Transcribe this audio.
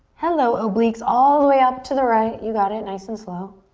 hello obliques. all the way up to the right. you got it, nice and slow.